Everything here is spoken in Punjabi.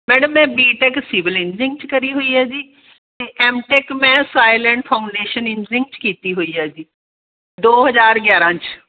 ਮੈਡਮ ਮੈਂ ਬੀ ਟੈਕ ਸਿਵਲ ਇੰਜਨੀਅਰਿੰਗ 'ਚ ਕਰੀ ਹੋਈ ਹੈ ਜੀ ਅਤੇ ਐੱਮ ਟੈਕ ਮੈਂ ਸੋਇਲ ਐਂਡ ਫਾਊਂਡੇਸ਼ਨ ਇੰਜਨੀਅਰਿੰਗ 'ਚ ਕੀਤੀ ਹੋਈ ਹੈ ਜੀ ਦੋ ਹਜ਼ਾਰ ਗਿਆਰਾਂ 'ਚ